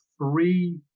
three